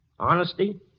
Honesty